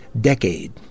decade